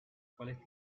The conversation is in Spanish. cuales